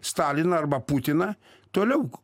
staliną arba putiną toliau